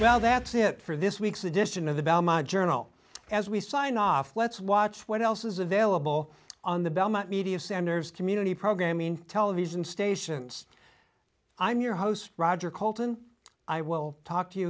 well that's it for this week's edition of the journal as we sign off let's watch what else is available on the belmont media centers community programming television stations i'm your host roger colton i will talk to you